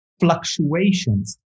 fluctuations